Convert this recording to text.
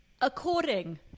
According